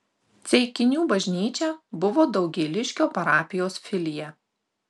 ceikinių bažnyčia buvo daugėliškio parapijos filija